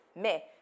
Mais